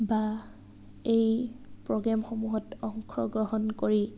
বা এই প্ৰগ্ৰেমসমূহত অংশগ্ৰহণ কৰি